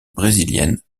brésilienne